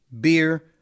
beer